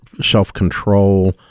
self-control